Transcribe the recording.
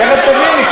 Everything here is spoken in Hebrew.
את תכף תביני.